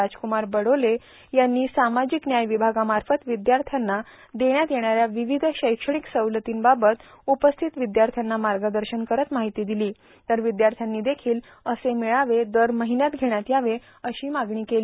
राजकुमर बडोले यांनी सामाजिक व्याय विभागामाफर्त विद्यार्थ्यांना देण्यात येणाऱ्या विविध शैक्षणिक सवलती बाबत उपस्थित विद्यार्थ्यांना मागर्दर्शन करत माहिती दिली तर विद्यार्थ्यांनी देखील असे मेळावे दर महिन्यात घेण्यात यावे अशी मागणी केली